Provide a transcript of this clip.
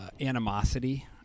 animosity